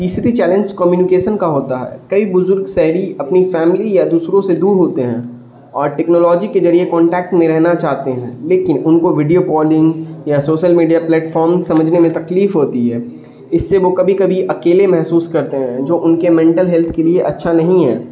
تیسری challenge communication کا ہوتا ہے کئی بزرگ شہری اپنی فیملی یا دوسروں سے دور ہوتے ہیں اور ٹیکنالوجی کے ذریعے کانٹیکٹ میں رہنا چاہتے ہیں لیکن ان کو ویڈیو کالنگ یا سوشل میڈیا پلیٹفارم سمجھنے میں تکلیف ہوتی ہے اس سے وہ کبھی کبھی اکیلے محسوس کرتے ہیں جو ان کے مینٹل ہیلتھ کے لیے اچھا نہیں ہے